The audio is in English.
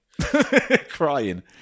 Crying